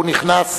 הוא נכנס,